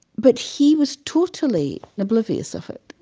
but he was totally oblivious of it.